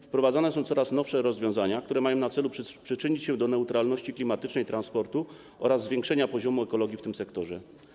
Wprowadzane są coraz nowsze rozwiązania, które mają na celu przyczynić się do neutralności klimatycznej transportu oraz zwiększenia poziomu ekologii w tym sektorze.